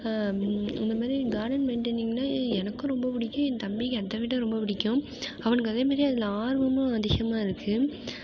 அந்த மாதிரி கார்டன் மெயின்டெனிங்னால் எனக்கும் ரொம்ப பிடிக்கும் என் தம்பிக்கு அதை விட ரொம்ப பிடிக்கும் அவனுக்கும் அதே மாதிரி அதில் ஆர்வமும் அதிகமாக இருக்குது